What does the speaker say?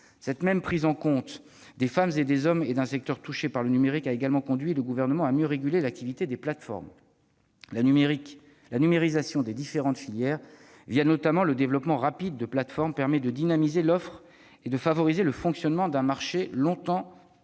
Cette même prise en compte des femmes et des hommes salariés d'un secteur touché par la révolution numérique a également conduit le Gouvernement à mieux réguler l'activité des plateformes. La numérisation des différentes filières, notamment le développement rapide de plateformes, permet de dynamiser l'offre et de favoriser le fonctionnement d'un marché longtemps réservé